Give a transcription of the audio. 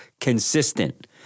Consistent